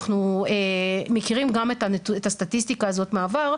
אנחנו מכירים גם את הסטטיסטיקה הזאת מהעבר,